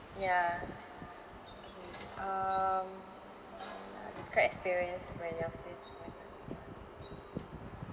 ya okay um describe experience when your